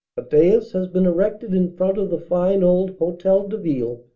a dais has been erected in front of the fine old hotel de ville,